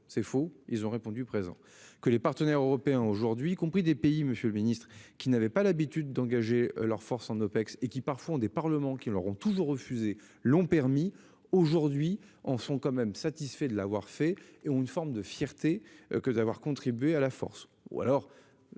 C'est faux, ils ont répondu présent que les partenaires européens aujourd'hui, y compris des pays. Monsieur le Ministre, qui n'avaient pas l'habitude d'engager leurs forces en OPEX et qui parfois ont des parlements qui leur ont toujours refusé l'ont permis aujourd'hui en sont quand même satisfait de l'avoir fait et ont une forme de fierté que d'avoir contribué à la force